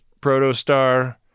protostar